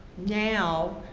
now,